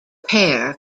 pair